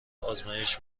آزمایش